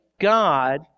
God